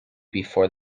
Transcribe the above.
before